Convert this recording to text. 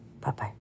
Bye-bye